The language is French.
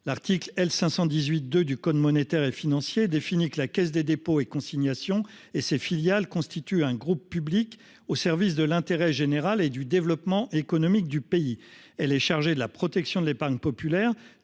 l'article L. 518-2 du code monétaire et financier, « la Caisse des dépôts et consignations et ses filiales constituent un groupe public au service de l'intérêt général et du développement économique du pays ». À ce titre, la Caisse des dépôts « est chargée de la protection de l'épargne populaire,